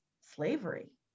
slavery